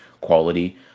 quality